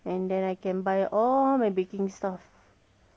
and then I can buy all my baking stuff